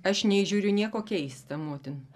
aš neįžiūriu nieko keista motin